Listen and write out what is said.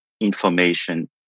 information